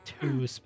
two